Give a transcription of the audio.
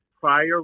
prior